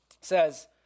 says